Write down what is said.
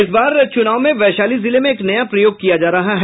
इस बार चूनाव में वैशाली जिले में एक नया प्रयोग किया जा रहा है